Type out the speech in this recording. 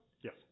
Yes